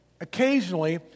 Occasionally